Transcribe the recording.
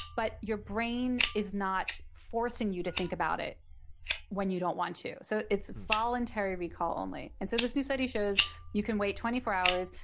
but your brain is not forcing you to think about it when you don't want to. so it's voluntary recall only. and so this new study shows you can wait twenty four hours,